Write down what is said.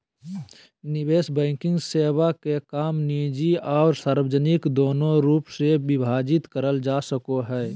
निवेश बैंकिंग सेवा के काम निजी आर सार्वजनिक दोनों रूप मे विभाजित करल जा सको हय